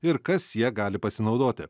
ir kas ja gali pasinaudoti